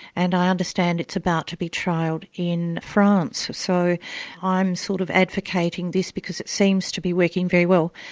and i understand it's about to be trialled in france. so i'm sort of advocating this, because it seems to be working very well.